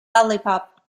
lollipop